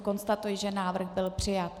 Konstatuji, že návrh byl přijat.